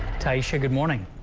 taisha good morning.